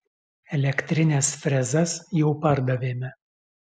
elektrines frezas jau pardavėme